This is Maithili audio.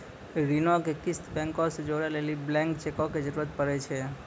ऋणो के किस्त बैंको से जोड़ै लेली ब्लैंक चेको के जरूरत पड़ै छै